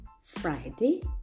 Friday